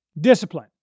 discipline